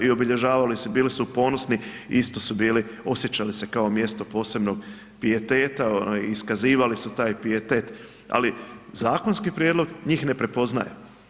I obilježavali su i bili su ponosni, isto su bili, osjećali se kao mjesto posebnog pijeteta, iskazivali su taj pijetet, ali zakonski prijedlog njih ne prepoznaje.